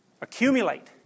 accumulate